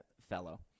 fellow